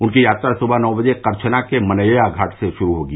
उनकी यात्रा सुबह नौ बजे करछना के मनैया घाट से शुरू होगी